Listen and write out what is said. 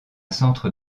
centre